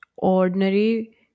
Ordinary